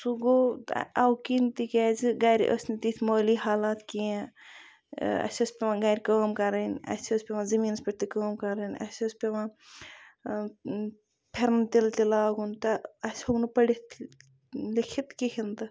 سُہ گوٚو اَوکِنۍ تکیازِ گَرِ ٲسۍ نہٕ تِتھۍ مٲلی حالات کینٛہہ اَسہِ ٲسۍ پیٚوان گَرِ کٲم کَرٕنۍ اَسہِ ٲسۍ پیٚوان زٔمیٖنَس پیٚٹھ تہِ کٲم کَرٕنۍ اَسہِ ٲسۍ پیٚوان پھیٚرن تِلہٕ تہِ لاگُن اَسہِ ہیٚوکھ نہٕ پٔرِتھ لیٚکھِتھ کِہیٖنۍ تہِ